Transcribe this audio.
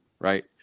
Right